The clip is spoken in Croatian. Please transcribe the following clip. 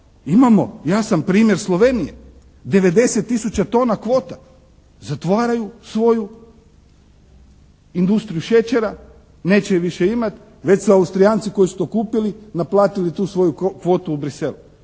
Imamo jasan primjer Slovenije 90 000 tona kvota. Zatvaraju svoju industriju šećera. Neće je više imati. Već su Austrijanci koji su to kupili naplatili tu svoju kvotu u Bruxellu.